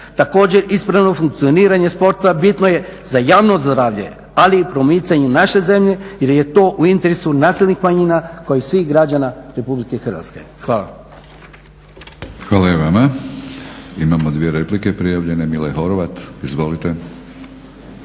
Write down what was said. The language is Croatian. Također, ispravno funkcioniranje sporta bitno je za javno zdravlje ali i promicanju naše zemlje jer je to u interesu nacionalnih manjina kao i svih građana Republike Hrvatske. Hvala vam. **Batinić, Milorad (HNS)** Hvala i vama. Imamo dvije replike prijavljene. Mile Horvat, izvolite.